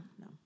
No